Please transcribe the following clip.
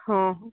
ହଁ